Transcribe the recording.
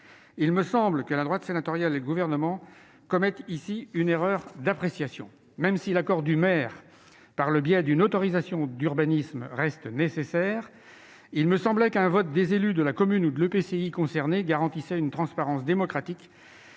il me semble que la droite sénatoriale et le Gouvernement commettent ici une erreur d'appréciation. Même si l'accord du maire, une autorisation d'urbanisme, reste nécessaire, il me semble qu'un vote des élus de la commune ou de l'EPCI concerné garantirait la transparence démocratique